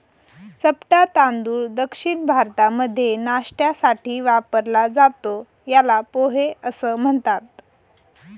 चपटा तांदूळ दक्षिण भारतामध्ये नाष्ट्यासाठी वापरला जातो, याला पोहे असं म्हणतात